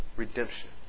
Redemption